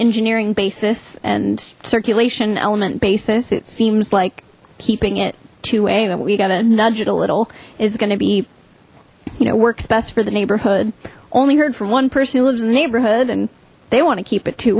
engineering basis and circulation element basis it seems like keeping it to a but we got a nudge it a little is gonna be you know works best for the neighborhood only heard from one person who lives in the neighborhood and they want to keep